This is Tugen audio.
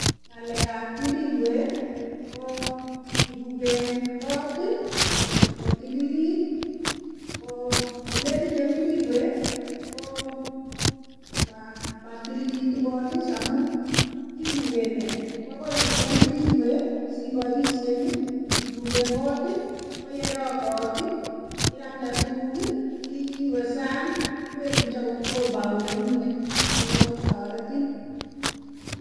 Nga'lek ab birirwe, koo ipuken koot kotililit koo ngometinye birirwe koo matililitu kootis. Amuu ipuken nee, koo akoi icheng birirwe siipaishen ipuken koot koo yerok kot irambte tukuk ii iiwe sang ipepuch akot compound nengung'et koo taretin.